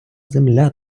земля